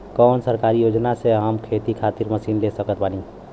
कौन सरकारी योजना से हम खेती खातिर मशीन ले सकत बानी?